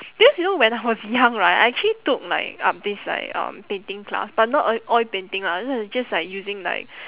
because you know when I was young right I actually took like up this like um painting class but not oil oil painting lah this is just like using like